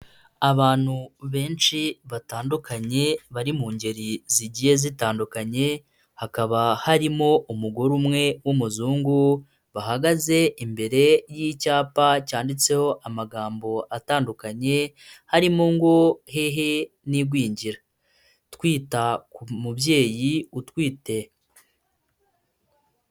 Abantu benshi batandukanye bari mu ngeri zigiye zitandukanye, hakaba harimo umugore umwe w'umuzungu bahagaze imbere y'icyapa cyanditseho amagambo atandukanye harimo ngo hehe n'igwingira twita ku mubyeyi utwite.